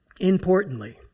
Importantly